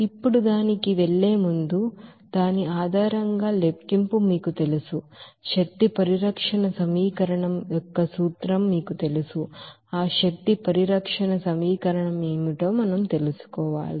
ఇప్పుడు దానికి వెళ్ళే ముందు దాని ఆధారంగా లెక్కింపు మీకు తెలుసు principle of energy conservation equation మీకు తెలుసు ఆ ఎనర్జీ కన్సర్వేషన్ ఈక్వేషన్ ఏమిటో మనం తెలుసుకోవాలి